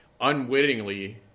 unwittingly